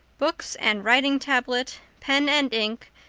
books and writing tablet, pen and ink,